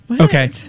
okay